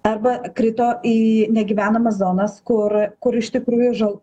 arba krito į negyvenamas zonas kur kur iš tikrųjų žal